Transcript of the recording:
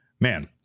man